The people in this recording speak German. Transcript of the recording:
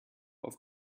auf